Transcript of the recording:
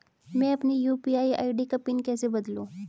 मैं अपनी UPI ID का पिन कैसे बदलूं?